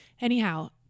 Anyhow